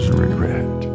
regret